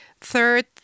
Third